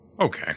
Okay